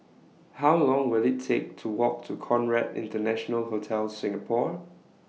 How Long Will IT Take to Walk to Conrad International Hotel Singapore